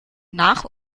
nach